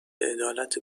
عدالت